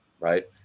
Right